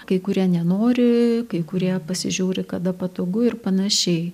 kai kurie nenori kai kurie pasižiūri kada patogu ir panašiai